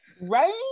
Right